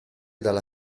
dalla